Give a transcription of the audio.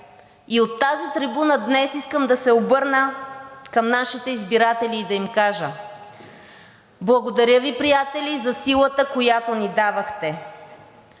И от тази трибуна днес искам да се обърна към нашите избиратели и да им кажа: благодаря Ви приятели за силата, която ни давахте.